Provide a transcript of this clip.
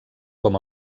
com